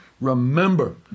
Remember